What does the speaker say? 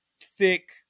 thick